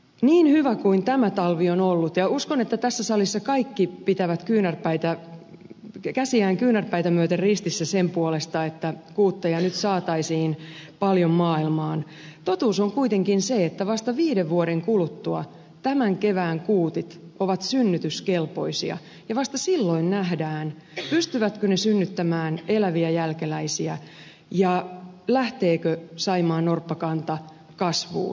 niin hyvä kuin tämä talvi on ollut ja uskon että tässä salissa kaikki pitävät käsiään kyynärpäitä myöten ristissä sen puolesta että kuutteja nyt saataisiin paljon maailmaan totuus on kuitenkin se että vasta viiden vuoden kuluttua tämän kevään kuutit ovat synnytyskelpoisia ja vasta silloin nähdään pystyvätkö ne synnyttämään eläviä jälkeläisiä ja lähteekö saimaannorppakanta kasvuun